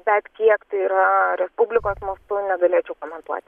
bet kiek tai yra respublikos mastu negalėčiau komentuoti